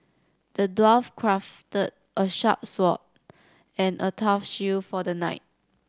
the dwarf crafted a sharp sword and a tough shield for the knight